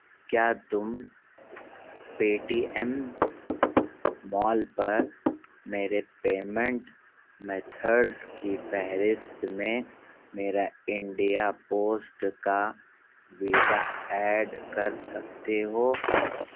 کیا تم Paytm mall پرمیرے پیمنٹ میتھڈس کی فہرست میں میرا انڈیا پوسٹ کا ویزا ایڈ کر سکتے ہو